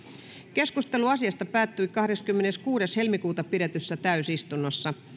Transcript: keskustelu asiasta päättyi kahdeskymmeneskuudes toista kaksituhattayhdeksäntoista pidetyssä täysistunnossa